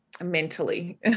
mentally